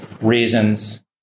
reasons